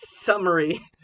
summary